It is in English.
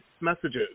messages